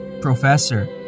professor